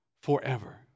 forever